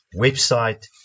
website